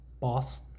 boss